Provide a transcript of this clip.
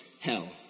hell